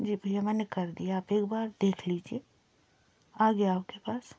जी भयय मैंने कर दिया आप एक बार देख लीजिए आ गया आप के पास